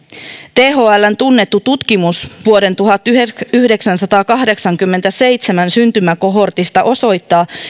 thln tunnettu tutkimus vuoden tuhatyhdeksänsataakahdeksankymmentäseitsemän syntymäkohortista osoittaa